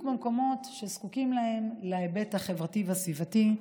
במקומות שזקוקים להם בהיבט החברתי והסביבתי.